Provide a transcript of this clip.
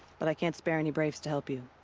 but i can't spare any braves to help you.